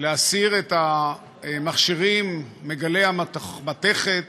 להסיר את המכשירים, גלאי המתכת,